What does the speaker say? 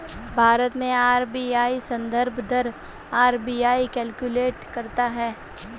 भारत में आर.बी.आई संदर्भ दर आर.बी.आई कैलकुलेट करता है